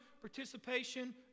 participation